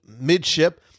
midship